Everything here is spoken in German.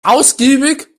ausgiebig